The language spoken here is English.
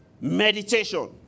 Meditation